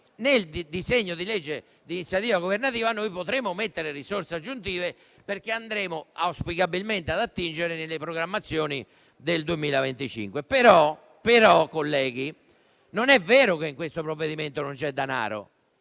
Nel disegno di legge di iniziativa governativa potremo stanziare risorse aggiuntive, perché andremo auspicabilmente ad attingere alle programmazioni del 2025. Tuttavia, colleghi, non è vero che in questo provvedimento non c'è danaro,